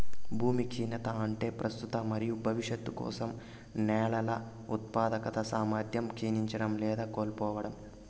భూమి క్షీణత అంటే ప్రస్తుత మరియు భవిష్యత్తు కోసం నేలల ఉత్పాదక సామర్థ్యం క్షీణించడం లేదా కోల్పోవడం